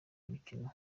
imikino